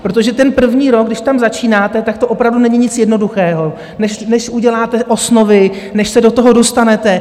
Protože ten první rok, když tam začínáte, tak to opravdu není nic jednoduchého, než uděláte osnovy, než se do toho dostanete.